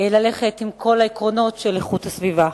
ללכת עם כל העקרונות של איכות הסביבה.